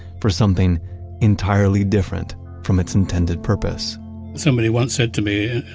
for something entirely different from its intended purpose somebody once said to me,